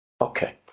okay